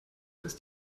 ist